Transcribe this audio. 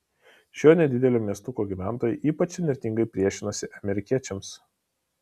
šio nedidelio miestuko gyventojai ypač įnirtingai priešinasi amerikiečiams